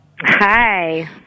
Hi